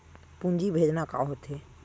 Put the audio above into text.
पूंजी भेजना का होथे?